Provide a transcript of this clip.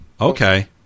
Okay